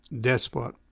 despot